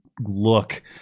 look